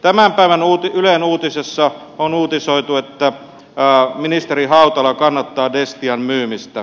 tämän päivän ylen uutisissa on uutisoitu että ministeri hautala kannattaa destian myymistä